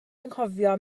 anghofio